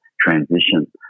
transition